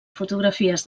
fotografies